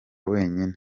wenyine